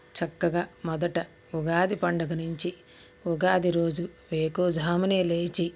చక్కగా మొదట ఉగాది పండుగ నుంచి ఉగాది రోజు వేకువజామునే లేచి